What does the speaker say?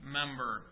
member